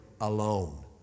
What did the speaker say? alone